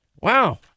Wow